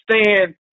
stand